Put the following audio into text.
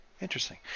Interesting